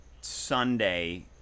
Sunday